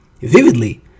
vividly